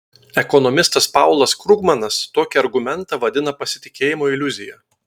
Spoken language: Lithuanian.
ekonomistas paulas krugmanas tokį argumentą vadina pasitikėjimo iliuzija